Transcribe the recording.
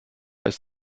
ist